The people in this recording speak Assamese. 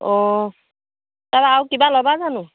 অঁ তাৰপৰা আৰু কিবা ল'বা জানো